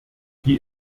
die